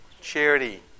charity